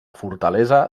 fortalesa